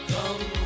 Come